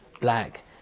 black